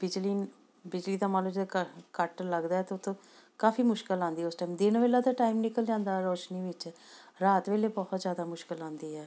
ਬਿਜਲੀ ਬਿਜਲੀ ਦਾ ਮੰਨ ਲਉ ਜੇ ਕ ਕੱਟ ਲੱਗਦਾ ਤਾਂ ਤਾਂ ਕਾਫੀ ਮੁਸ਼ਕਿਲ ਆਉਂਦੀ ਉਸ ਟਾਈਮ ਦਿਨ ਵੇਲਾ ਤਾਂ ਟਾਈਮ ਨਿਕਲ ਜਾਂਦਾ ਰੌਸ਼ਨੀ ਵਿੱਚ ਰਾਤ ਵੇਲੇ ਬਹੁਤ ਜ਼ਿਆਦਾ ਮੁਸ਼ਕਿਲ ਆਉਂਦੀ ਹੈ